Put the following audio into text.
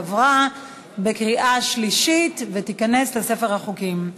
עברה בקריאה שלישית ותיכנס לספר החוקים.